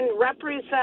represent